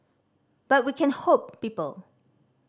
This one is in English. but we can hope people